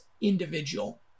individual